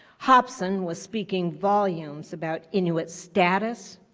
hobson was speaking volumes about inuit status,